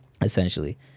essentially